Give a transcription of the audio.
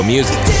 Music